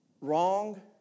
wrong